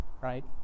right